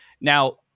now